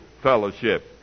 fellowship